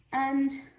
and